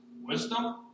wisdom